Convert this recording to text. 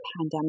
pandemic